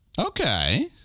Okay